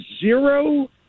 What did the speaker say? zero